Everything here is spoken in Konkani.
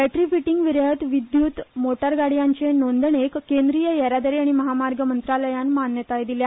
बॅटरी फिटिंग विरयत विद्यूत मोटरगाडयांचे नोंदणीक केंद्रीय येरादारी आनी म्हामार्ग मंत्रालयान मान्यताय दिल्या